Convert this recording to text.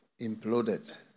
imploded